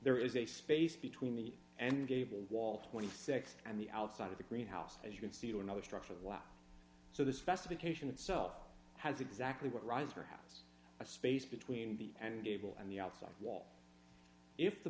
there is a space between the and the gable wall twenty six and the outside of the greenhouse as you can see to another structure of law so the specification itself has exactly what riser house a space between the and gable and the outside wall if the